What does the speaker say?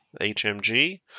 HMG